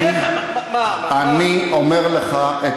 אני, איך?